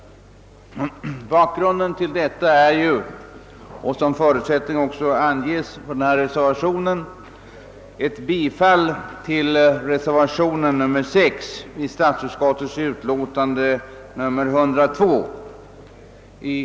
Bakgrunden till vår reservation är, vilket också angetts i reservationen som en förutsättning, ett bifall till reservationen 6 i statsutskottets utlåtande nr 102.